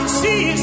see